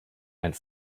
and